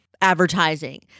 advertising